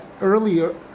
earlier